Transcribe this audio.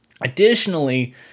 Additionally